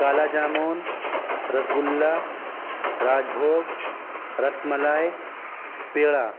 کالا jamun rasgulla rajbhog rasmalai پیڑا